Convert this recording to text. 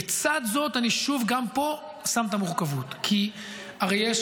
בצד זאת, אני שוב גם פה שם את המורכבות, כי הרי יש